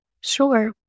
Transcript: Sure